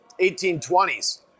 1820s